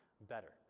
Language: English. better